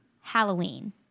Halloween